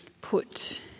put